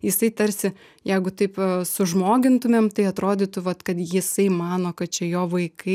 jisai tarsi jeigu taip sužmogintumėm tai atrodytų vat kad jisai mano kad čia jo vaikai